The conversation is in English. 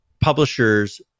publishers